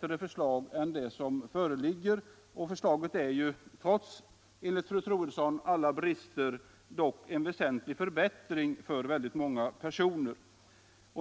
något förslag som är bättre än det som föreligger, och förslaget medför ju, trots — enligt fru Troedsson — alla brister dock en väsentlig förbättring för många personer.